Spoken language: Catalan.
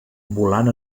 volant